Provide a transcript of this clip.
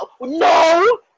No